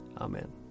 Amen